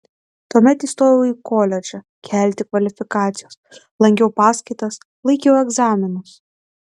tuomet įstojau į koledžą kelti kvalifikacijos lankiau paskaitas laikiau egzaminus